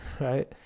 right